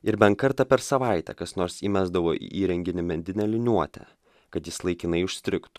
ir bent kartą per savaitę kas nors įmesdavo į įrenginį medinę liniuotę kad jis laikinai užstrigt